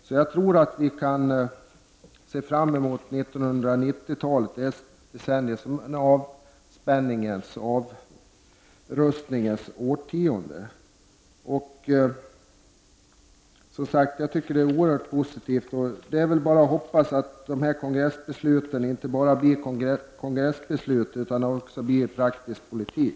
Därför tror jag att vi kommer att kunna se på 90-talet som avspänningens och nedrustningens årtionde. Jag tycker, som sagt, att detta är oerhört positivt. Det är bara att hoppas att kongressens beslut inte förblir enbart kongressbeslut utan att det också blir praktisk politik.